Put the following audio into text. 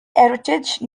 heritage